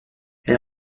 elle